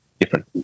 different